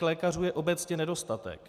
Lékařů je obecně nedostatek.